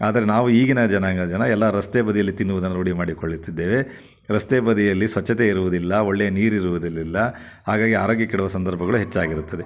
ಆದರೆ ನಾವು ಈಗಿನ ಜನಾಂಗದ ಜನ ಎಲ್ಲ ರಸ್ತೆ ಬದಿಯಲ್ಲಿ ತಿನ್ನುವುದನ್ನು ರೂಢಿ ಮಾಡಿಕೊಳ್ಳುತ್ತಿದ್ದೇವೆ ರಸ್ತೆ ಬದಿಯಲ್ಲಿ ಸ್ವಚ್ಛತೆ ಇರುವುದಿಲ್ಲ ಒಳ್ಳೆಯ ನೀರು ಇರುವುದಿಲ್ಲ ಹಾಗಾಗಿ ಆರೋಗ್ಯ ಕೆಡುವ ಸಂದರ್ಭಗಳು ಹೆಚ್ಚಾಗಿರುತ್ತದೆ